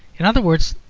in other words,